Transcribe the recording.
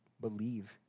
believe